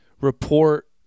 report